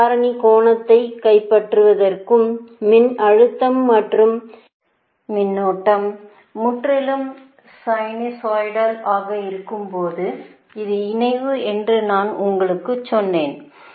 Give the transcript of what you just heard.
மின் காரணி கோணத்தைக் கைப்பற்றுவதற்கும் மின்னழுத்தம் மற்றும் மின்னோட்டம் முற்றிலும் சைனூசாய்டல் ஆக இருக்கும்போதும் இது இணைவு என்று நான் உங்களுக்குச் சொன்னேன்